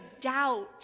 doubt